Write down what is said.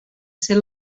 ser